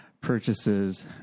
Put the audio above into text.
purchases